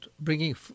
bringing